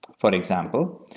for example,